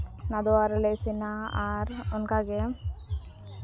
ᱱᱟᱫᱽᱣᱟ ᱨᱮᱞᱮ ᱤᱥᱤᱱᱟ ᱟᱨ ᱚᱱᱠᱟᱜᱮ